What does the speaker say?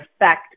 effect